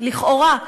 לכאורה,